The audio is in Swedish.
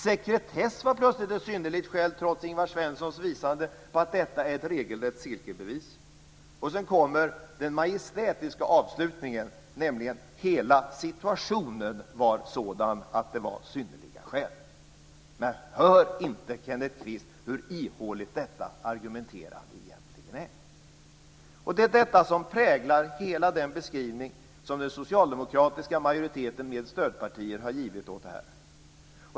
Sekretess var plötsligt ett synnerligt skäl, trots att Ingvar Svensson visade på att detta är ett regelrätt cirkelbevis. Och sedan kommer den majestätiska avslutningen, nämligen att hela situationen var sådan att det var synnerliga skäl. Men hör inte Kenneth Kvist hur ihåligt detta argumenterande egentligen är? Det är detta som präglar hela den beskrivning som den socialdemokratiska majoriteten med stödpartier har givit åt det här.